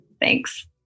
Thanks